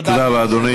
תודה, אדוני